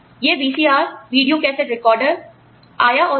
यह VCR video cassette recorder आया और गया